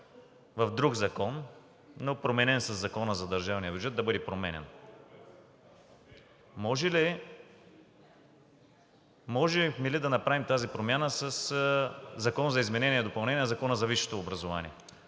в друг закон, но променен със Закона за държавния бюджет, да бъде променян? Можехме ли да направим тази промяна със Закон за изменение и допълнение на Закона за висшето образование?